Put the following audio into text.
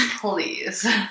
Please